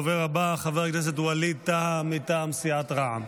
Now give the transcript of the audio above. הדובר הבא, חבר הכנסת ווליד טאהא, מטעם סיעת רע"מ.